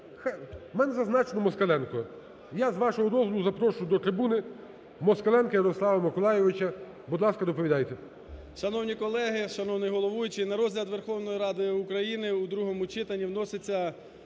У мене зазначено: Москаленко. Я, з вашого дозволу, запрошу до трибуни Москаленка Ярослава Миколайовича. Будь ласка, доповідайте.